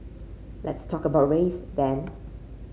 let's talk about race then